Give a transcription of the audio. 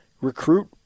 recruit